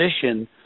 position